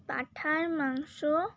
পাঁঠার মাংস